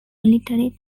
military